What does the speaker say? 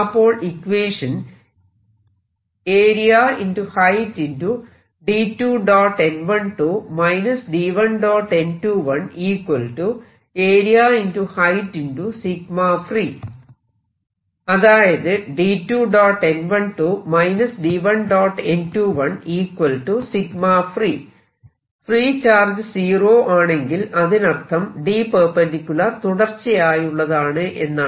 അപ്പോൾ ഇക്വേഷൻ അതായത് free charge zero ആണെങ്കിൽ അതിനർത്ഥം D⟂ തുടർച്ചയായുള്ളതാണ് എന്നാണ്